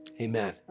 amen